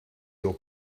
your